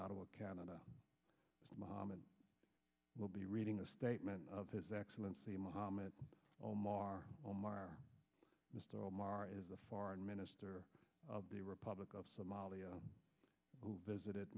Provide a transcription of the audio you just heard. ottawa canada mamma will be reading a statement of his excellency mohammad omar omar mr omar is the foreign minister of the republic of somalia who visited